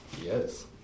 Yes